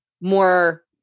more